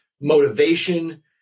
motivation